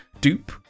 Dupe